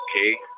Okay